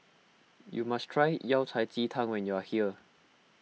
you must try Yao Cai Ji Tang when you are here